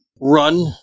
Run